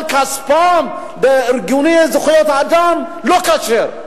אבל כספם בארגוני זכויות האדם לא כשר.